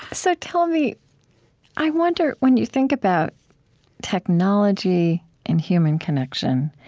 ah so tell me i wonder, when you think about technology and human connection,